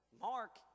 Mark